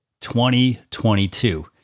2022